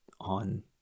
on